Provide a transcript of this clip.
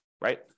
Right